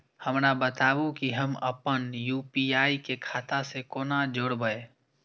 हमरा बताबु की हम आपन यू.पी.आई के खाता से कोना जोरबै?